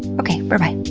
okay, berbye!